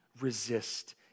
resist